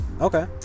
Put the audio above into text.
okay